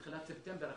בתחילת ספטמבר,